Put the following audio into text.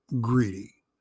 greedy